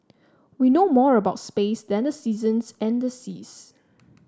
we know more about space than the seasons and the seas